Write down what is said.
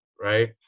right